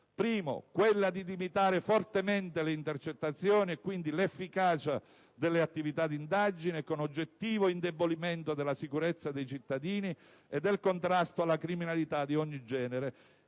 esistono: quella di limitare fortemente le intercettazioni e, quindi, l'efficacia delle attività di indagine, con oggettivo indebolimento della sicurezza dei cittadini e del contrasto alla criminalità di ogni genere,